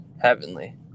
heavenly